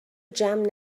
جمع